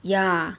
ya